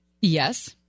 Yes